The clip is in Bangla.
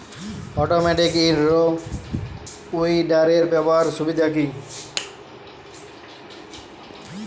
অটোমেটিক ইন রো উইডারের ব্যবহারের সুবিধা কি?